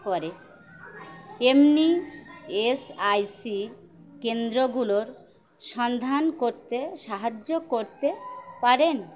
করে এমনি S I C কেন্দ্রগুলোর সন্ধান করতে সাহায্য করতে পারেন